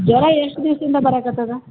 ಜ್ವರ ಎಷ್ಟು ದಿವ್ಸ್ದಿಂದ ಬರಾಕತ್ತದಾ